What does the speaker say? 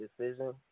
decision